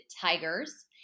Tigers